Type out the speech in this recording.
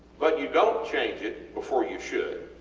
but you dont change it before you should.